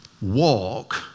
Walk